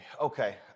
Okay